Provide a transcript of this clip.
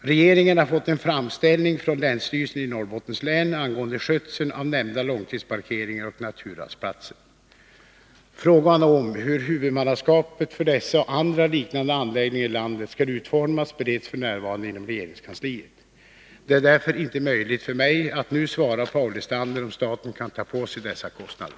Regeringen har fått en framställning från länsstyrelsen i Norrbottens län angående skötseln av nämnda långtidsparkeringar och naturrastplatser. Frågan om hur huvudmannaskapet för dessa och andra liknande anläggningar i landet skall utformas bereds f. n. inom regeringskansliet. Det är därför inte möjligt för mig att nu svara Paul Lestander om staten kan ta på sig dessa kostnader.